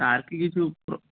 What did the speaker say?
আর কি কিছু